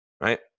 right